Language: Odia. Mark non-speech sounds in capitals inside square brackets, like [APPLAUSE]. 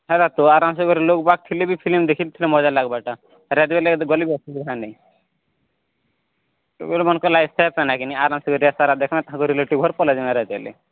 ହେରା ତ ଆରମ୍ ସେ କରି ଲୋକ ବା ଫିଲ୍ମ୍ ବି ଫିଲ୍ମ୍ [UNINTELLIGIBLE] ଦେଖି ଥିଲେ ମଜା ଲାଗବାଟା ରାତି ଲେଟ ଗଲେ ବି ଅସୁବିଧା ନାଇଁ ଟୁକେଲ ମାନଙ୍କ ଲାଗି ସେଫ୍ [UNINTELLIGIBLE] କିନି ଆରମ୍ ସେ କରି ରାତା ରାତ ଦେଖନ୍ ତାଙ୍କ ରିଲେଟିଭ ଘର୍ ପଲେଇ ଯାଇନ ରାତ ପାଇଲେ